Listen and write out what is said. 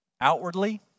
Outwardly